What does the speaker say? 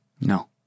No